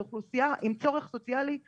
זו אוכלוסייה עם צורך סוציאלי עצום.